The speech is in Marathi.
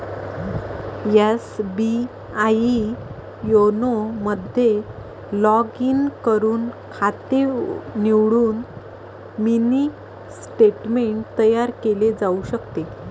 एस.बी.आई योनो मध्ये लॉग इन करून खाते निवडून मिनी स्टेटमेंट तयार केले जाऊ शकते